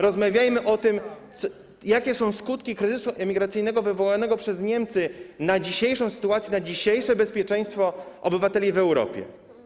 Rozmawiajmy o tym, jakie są skutki kryzysu emigracyjnego wywołanego przez Niemcy na dzisiejszą sytuację, na dzisiejsze bezpieczeństwo obywateli w Europie.